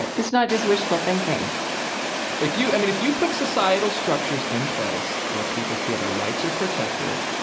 but this is not just wishful thinking if you, i mean, if you put societal structures in place where people feel their rights are protected,